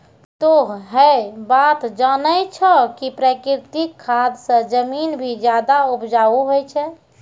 तोह है बात जानै छौ कि प्राकृतिक खाद स जमीन भी ज्यादा उपजाऊ होय छै